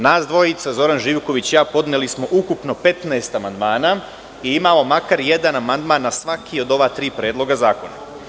Nas dvojica, Zoran Živković i ja, podneli smo ukupno 15 amandmana i imamo makar jedan amandman na svaki od ova tri predloga zakona.